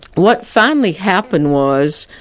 what finally happened was,